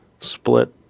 split